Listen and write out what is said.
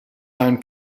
own